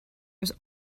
was